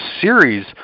series